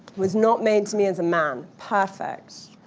was not made to me as a man. perfect.